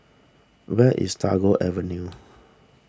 where is Tagore Avenue